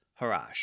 Harash